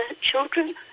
children